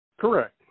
Correct